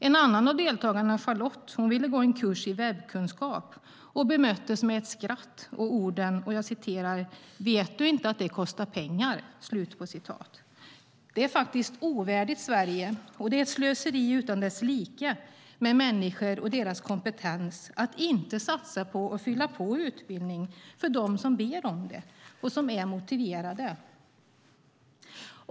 En annan av deltagarna, Charlotte, ville gå en kurs i webbkunskap och bemöttes med ett skratt och orden: "Vet du inte att det kostar pengar?". Det är ovärdigt Sverige och ett slöseri utan dess like med människor och deras kompetens att inte satsa på att fylla på utbildning för dem som ber om det och som är motiverade.